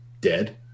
dead